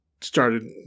started